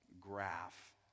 graph